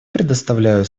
предоставляю